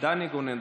ודני גונן,